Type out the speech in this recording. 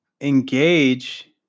engage